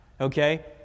Okay